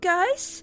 Guys